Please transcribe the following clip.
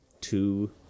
two